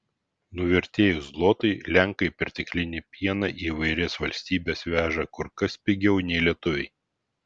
nuvertėjus zlotui lenkai perteklinį pieną į įvairias valstybes veža kur kas pigiau nei lietuviai